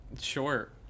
Sure